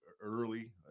early